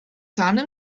sahne